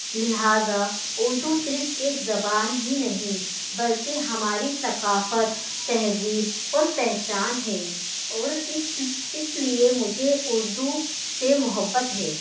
لہٰذا اردو صرف ایک زبان ہی نہیں بلکہ ہماری ثقافت تہذیب اور پہچان ہے اور اس اس لیے مجھے اردو سے محبت ہے